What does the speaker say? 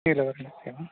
सत्यम्